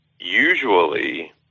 Usually